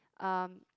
um